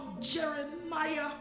Jeremiah